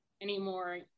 anymore